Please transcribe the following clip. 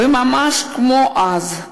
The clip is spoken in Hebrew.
וממש כמו אז,